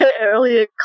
earlier